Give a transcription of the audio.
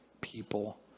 people